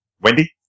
Wendy